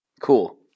Cool